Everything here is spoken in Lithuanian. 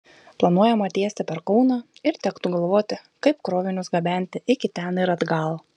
planuojama tiesti per kauną ir tektų galvoti kaip krovinius gabenti iki ten ir atgal